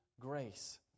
grace